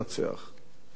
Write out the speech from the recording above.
אבל גדעון ניצח.